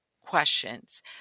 questions